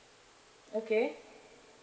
okay